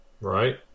Right